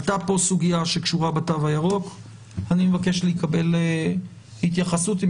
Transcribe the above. עלתה כאן סוגיה שקשורה בתו הירוק ואני מבקש לקבל התייחסות אם